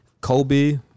Kobe